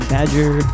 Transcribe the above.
Badger